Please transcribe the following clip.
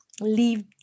leave